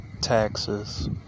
taxes